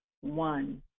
one